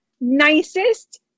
nicest